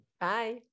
Bye